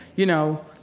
you know,